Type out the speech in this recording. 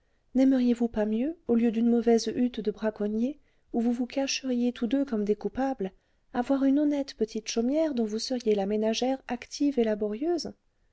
naimeriez vous pas mieux au lieu d'une mauvaise hutte de braconnier où vous vous cacheriez tous deux comme des coupables avoir une honnête petite chaumière dont vous seriez la ménagère active et laborieuse